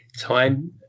time